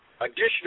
Additional